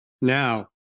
Now